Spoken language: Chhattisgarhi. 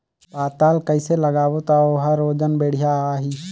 पातल कइसे लगाबो ता ओहार वजन बेडिया आही?